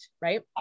right